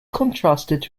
contrasted